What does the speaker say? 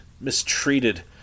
mistreated